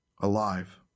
alive